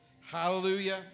Hallelujah